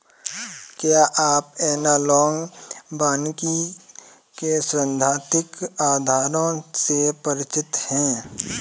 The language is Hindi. क्या आप एनालॉग वानिकी के सैद्धांतिक आधारों से परिचित हैं?